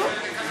לא.